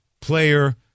player